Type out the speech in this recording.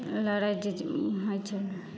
लड़ाइके तऽ ओ होइत छै ने